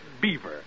beaver